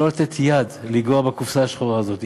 לא לתת יד ולגעת בקופסה השחורה הזאת.